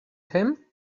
him